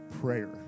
prayer